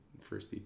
first